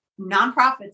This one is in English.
nonprofits